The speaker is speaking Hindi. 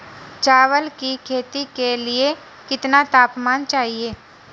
चावल की खेती के लिए कितना तापमान चाहिए?